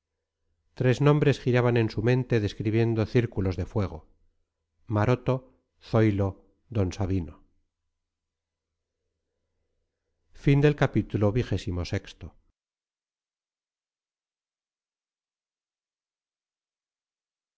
tres nombres giraban en su mente describiendo círculos de fuego maroto zoilo d sabino